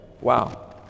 Wow